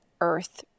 earth